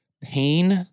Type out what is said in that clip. pain